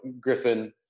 Griffin